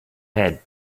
head